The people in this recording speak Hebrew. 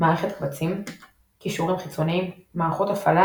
מערכת קבצים קישורים חיצוניים מערכות הפעלה,